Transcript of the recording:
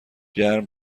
گرم